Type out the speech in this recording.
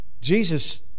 Jesus